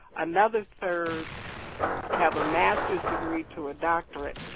another third have a masters degree to a doctorate.